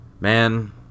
Man